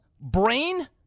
brain